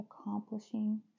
accomplishing